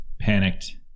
panicked